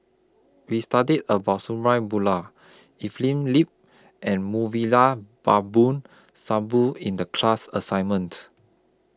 We studied about Sabri Buang Evelyn Lip and Mouvila Babu Sahib in The class assignments